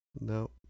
No